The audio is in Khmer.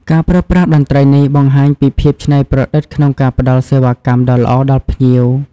ការប្រើប្រាស់តន្ត្រីនេះបង្ហាញពីភាពច្នៃប្រឌិតក្នុងការផ្តល់សេវាកម្មដ៏ល្អដល់ភ្ញៀវ។